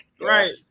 right